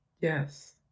Yes